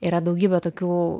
yra daugybė tokių